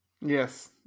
Yes